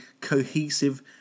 cohesive